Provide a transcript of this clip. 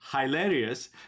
hilarious